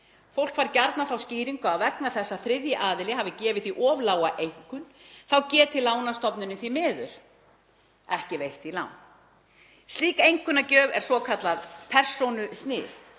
Fólk fær gjarnan þá skýringu að vegna þess að þriðji aðili hafi gefið því of lága einkunn geti lánastofnunin ekki veitt því lán. Slík einkunnagjöf er svokallað persónusnið.